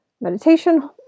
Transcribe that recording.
meditation